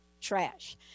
trash